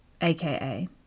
aka